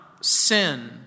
sin